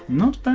not bad.